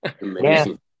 Amazing